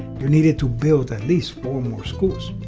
you needed to build at least four more schools.